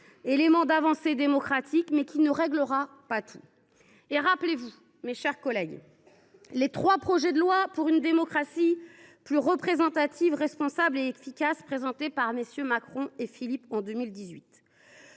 élément d’avancée démocratique, il ne réglera toutefois pas tout. Rappelez vous, mes chers collègues, les trois projets de loi pour une démocratie plus représentative, responsable et efficace présentés par MM. Macron et Philippe en 2018.